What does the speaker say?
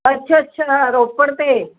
ਅੱਛਾ ਅੱਛਾ ਰੋਪੜ ਤੇ